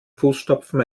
fußstapfen